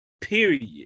Period